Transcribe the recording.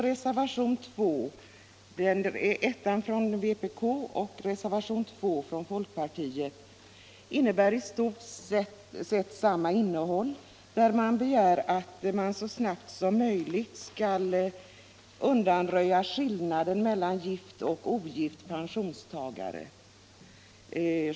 Reservationen 1 från vpk och reservationen 2 från folkpartiet har i stort sett samma innehåll. Det begärs att man så snabbt som möjligt skall undanröja de skillnader i pensionen som finns mellan gift och ogift pensionstagare.